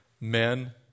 Men